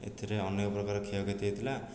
ଏଥିରେ ଅନେକ ପ୍ରକାର କ୍ଷୟକ୍ଷତି ହେଇଥିଲା